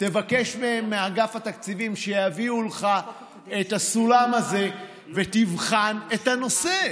תבקש מאגף התקציבים שיביאו לך את הסולם הזה ותבחן את הנושא.